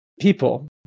people